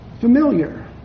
familiar